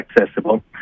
accessible